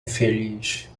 infeliz